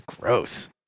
Gross